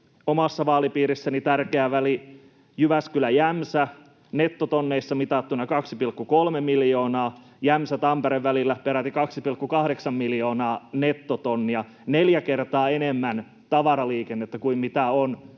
omassa vaalipiirissäni tärkeä Jyväskylä—Jämsä-väli nettotonneissa mitattuna 2,3 miljoonaa, Jämsä—Tampere-välillä peräti 2,8 miljoonaa nettotonnia. Neljä kertaa enemmän tavaraliikennettä kuin mitä on